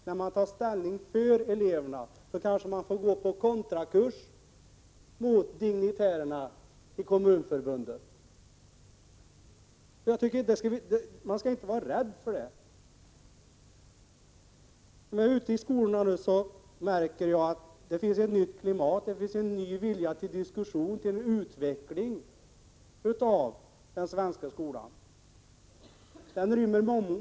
När man tar ställning för eleverna kanske man får gå på kontrakurs mot dignitärerna i Kommunförbundet. Man skall inte vara rädd för att göra det. Det finns ett nytt klimat ute i skolorna, en ny vilja till diskussion och utveckling av den svenska skolan, har jag märkt.